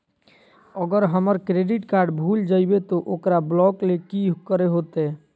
अगर हमर credit card भूल जइबे तो ओकरा ब्लॉक लें कि करे होते?